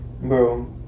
Bro